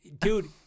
dude